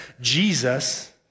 Jesus